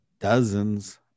Dozens